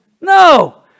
No